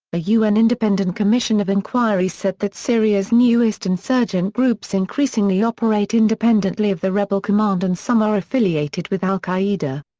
a un independent commission of inquiry said that syria's newest insurgent groups increasingly operate independently of the rebel command and some are affiliated with al-qaeda.